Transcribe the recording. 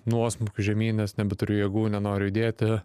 nuosmukių žemyn nes nebeturiu jėgų nenoriu judėti